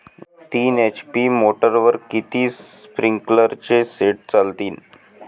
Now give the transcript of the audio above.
तीन एच.पी मोटरवर किती स्प्रिंकलरचे सेट चालतीन?